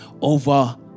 over